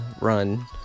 Run